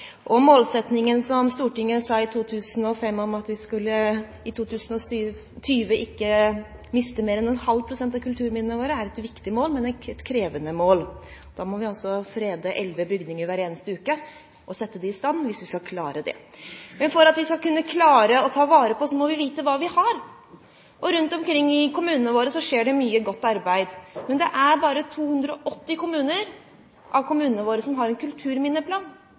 Stortinget hadde i 2005 om at vi i 2020 ikke skulle miste mer enn 0,5 pst. av kulturminnene våre, er et viktig, men krevende mål. For å klare det må vi frede og sette i stand elleve bygninger hver eneste uke. Men for at vi skal klare å bevare, må vi vite hva vi har. Rundt omkring i kommunene våre skjer det mye godt arbeid, men det er bare 280 av kommunene våre som har en kulturminneplan,